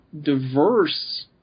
diverse